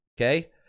okay